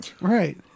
Right